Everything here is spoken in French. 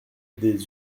des